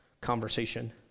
conversation